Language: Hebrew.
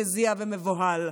מזיע ומבוהל.